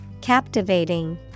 Captivating